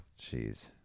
Jeez